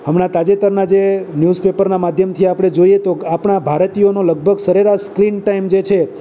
હમણાં તાજેતરના જે ન્યુઝ પેપરના માધ્યમથી આપણે જોઈએ તો આપણા ભારતીઓનો લગભગ સરેરાશ સ્ક્રીન ટાઇમ જે છે